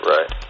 Right